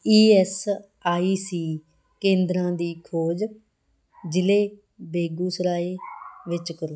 E S I C ਕੇਂਦਰਾਂ ਦੀ ਖੋਜ ਜ਼ਿਲ੍ਹੇ ਬੇਗੂਸਰਾਏ ਵਿੱਚ ਕਰੋ